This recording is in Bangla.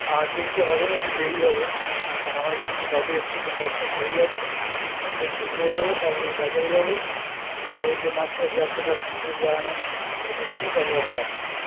তাড়াতাড়ি তো হবে না একটু দেরি হবে কারণ আমার এদিকে একটু কাজে এসেছি সেই কাজটা সারি আগে কাজটা শেষ হয়ে গেলে তার পরে বাজারে যাব তার পরে মাছ ফাছ যা কেনার ফুল টুল যা আনার ওগুলো নিয়ে তার পরে আমি আসছি